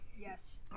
Yes